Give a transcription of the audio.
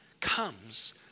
comes